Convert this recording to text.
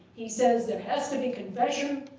he says, there has to be confession,